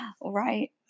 Right